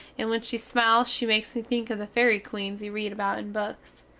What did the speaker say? and when she smiles she makes me think of the ferry queens you read about in books.